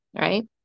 Right